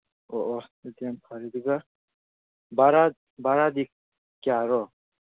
ꯑꯣ ꯑꯣ ꯑꯗꯨꯗꯤ ꯌꯥꯝ ꯐꯔꯦ ꯑꯗꯨꯒ ꯚꯔꯥ ꯚꯔꯥꯗꯤ ꯀꯌꯥꯔꯣ